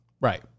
right